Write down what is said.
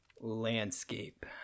landscape